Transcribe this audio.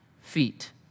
feet